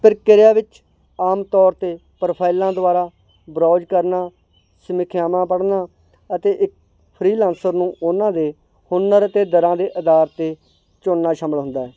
ਪ੍ਰਕਿਰਿਆ ਵਿੱਚ ਆਮ ਤੌਰ 'ਤੇ ਪ੍ਰੋਫਾਈਲਾਂ ਦੁਆਰਾ ਬਰਾਊਜ਼ ਕਰਨਾ ਸਮੀਖਿਆਵਾਂ ਪੜ੍ਹਨਾ ਅਤੇ ਇੱਕ ਫ੍ਰੀਲੈਨਸਰ ਨੂੰ ਉਹਨਾਂ ਦੇ ਹੁਨਰ ਅਤੇ ਦਰਾਂ ਦੇ ਅਧਾਰ 'ਤੇ ਚੁਣਨਾ ਸ਼ਾਮਿਲ ਹੁੰਦਾ ਹੈ